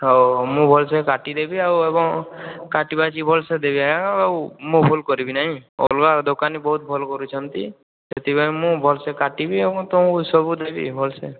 ହଉ ହଉ ମୁଁ ଭଲ ସେ କାଟିଦେବି ଆଉ ଏବଂ କାଟିବା ଯିବ ସେତିକି ଟାଇମ ଆଉ ମୁଁ ଭୁଲ କରିବିନାହିଁ ଅଲଗା ଦୋକାନୀ ବହୁତ ଭଲ କରୁଛନ୍ତି ସେଥିପାଇଁ ମୁଁ ଭଲସେ କାଟିବି ଆଉ ମୁଁ ତ ସବୁ ଦେବି ଭଲସେ